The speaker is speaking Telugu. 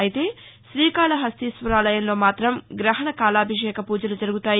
అయితే శ్రీ కాళహస్తీశ్వరాలయంలో మాత్రం గహణ కాలాభిషేక పూజలు జరుగుతాయి